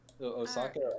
Osaka